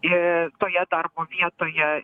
į toje darbo vietoje